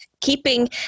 Keeping